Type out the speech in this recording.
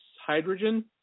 hydrogen